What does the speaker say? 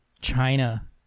China